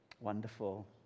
wonderful